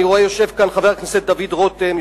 אני רואה שיושב כאן חבר הכנסת דוד רותם,